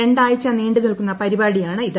രണ്ടാഴ്ച നീണ്ടു നിൽക്കുന്ന പരിപാടിയാണ് ഇത്